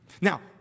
Now